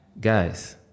Guys